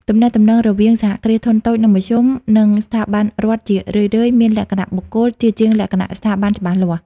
ទំនាក់ទំនងរវាង សហគ្រាសធុនតូច និងមធ្យម និងស្ថាប័នរដ្ឋជារឿយៗមានលក្ខណៈបុគ្គល ជាជាងលក្ខណៈស្ថាប័នច្បាស់លាស់។